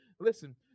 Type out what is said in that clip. Listen